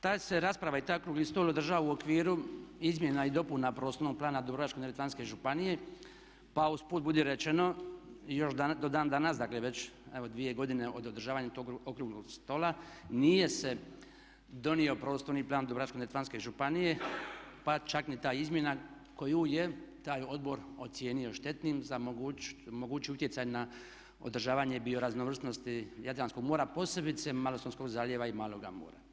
Ta se rasprava i taj okrugli stol održao u okviru izmjena i dopuna prostornog plana Dubrovačko-neretvanske županije pa usput budi rečeno još do dan danas dakle već evo dvije godine od održavanja tog okruglog stola nije se donio prostorni plan Dubrovačko-neretvanske županije pa čak ni ta izmjena koju je taj odbor ocijenio štetnim za mogući utjecaj na održavanje bioraznovrsnosti Jadranskog mora posebice Malostonskog zaljeva i Maloga Mora.